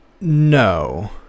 no